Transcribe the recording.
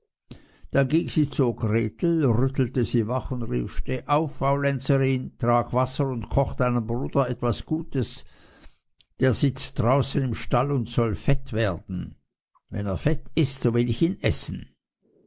dann ging sie zu gretel rüttelte sie wach und rief steh auf faulenzerin trag wasser und koch deinem bruder etwas gutes der sitzt draußen im stall und soll fett werden wenn er fett ist so will ich ihn essen